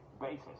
basis